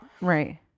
right